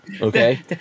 Okay